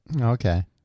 Okay